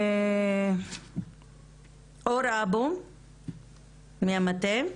אור אבו מהמטה.